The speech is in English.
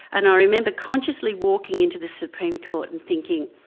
and i remember consciously walking into the supreme court and thinking,